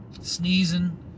sneezing